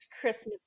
Christmas